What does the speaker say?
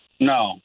No